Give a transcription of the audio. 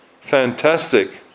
Fantastic